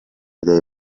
idee